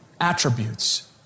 attributes